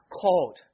called